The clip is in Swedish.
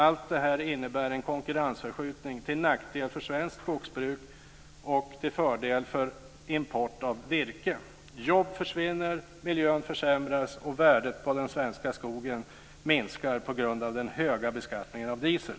Allt det här innebär en konkurrensförskjutning till nackdel för svenskt skogsbruk och till fördel för import av virke. Jobb försvinner, miljön försämras och värdet på den svenska skogen minskar på grund av den höga beskattningen av diesel.